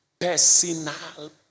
Personal